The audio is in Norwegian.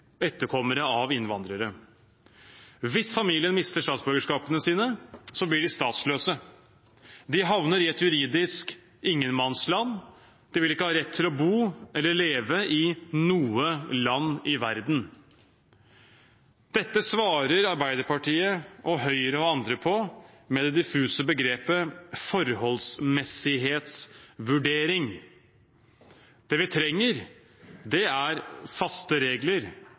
etterkommere av innvandrere. Hvis familiemedlemmene mister statsborgerskapet, blir de statsløse. De havner i et juridisk ingenmannsland. De vil ikke ha rett til å bo eller leve i noe land i verden. Dette svarer Arbeiderpartiet, Høyre og andre på med det diffuse begrepet «forholdsmessighetsvurdering». Det vi trenger, er faste regler